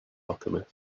alchemist